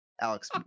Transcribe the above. Alex